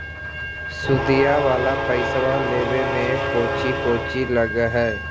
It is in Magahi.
सुदिया वाला पैसबा लेबे में कोची कोची लगहय?